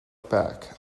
back